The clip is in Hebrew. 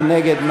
מי נגד?